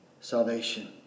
salvation